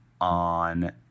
on